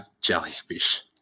jellyfish